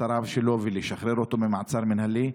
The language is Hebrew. הרעב שלו ולשחרר אותו ממעצר מינהלי.